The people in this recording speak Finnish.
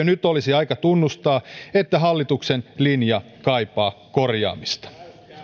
nyt olisi aika tunnustaa että hallituksen linja kaipaa korjaamista